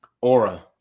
aura